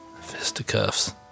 Fisticuffs